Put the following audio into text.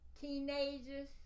teenagers